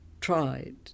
tried